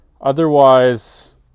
Otherwise